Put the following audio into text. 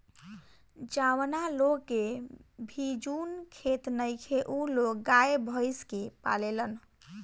जावना लोग के भिजुन खेत नइखे उ लोग गाय, भइस के पालेलन